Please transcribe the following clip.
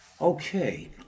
Okay